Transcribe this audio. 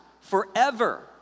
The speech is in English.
forever